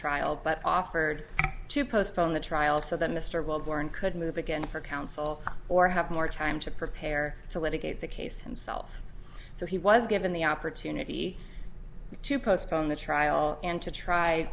trial but offered to postpone the trial so that mr wellborn could move again for counsel or have more time to prepare to litigate the case himself so he was given the opportunity to postpone the trial and to try